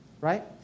right